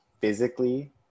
physically